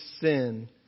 sin